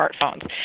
smartphones